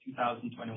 2021